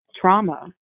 trauma